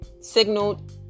signaled